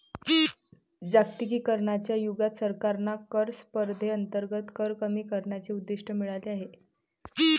जागतिकीकरणाच्या युगात सरकारांना कर स्पर्धेअंतर्गत कर कमी करण्याचे उद्दिष्ट मिळाले आहे